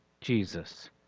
Jesus